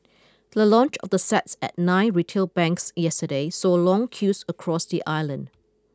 the launch of the sets at nine retail banks yesterday saw long queues across the island